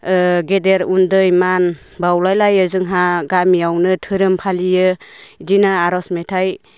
ओ गेदेर उन्दै मान बावलाय लायो जोंहा गामियावनो धोरोम फालियो इदिनो आर'ज मेथाइ